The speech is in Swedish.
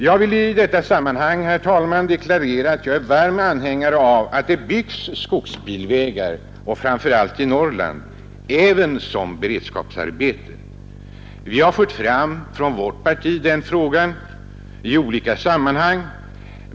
Jag vill i detta sammanhang deklarera att jag är varm anhängare av att det byggs skogsbilvägar i Norrland, även som beredskapsarbete. Vi har från vårt parti fört fram den frågan i olika sammanhang.